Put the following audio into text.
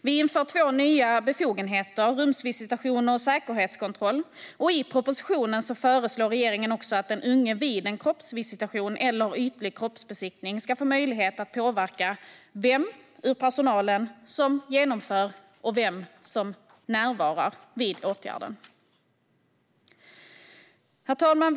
Vi inför två nya befogenheter - rumsvisitation och säkerhetskontroll - och i propositionen föreslår regeringen också att den unga vid en kroppsvisitation eller ytlig kroppsbesiktning ska få möjlighet att påverka vem ur personalen som genomför eller närvarar vid åtgärden. Herr talman!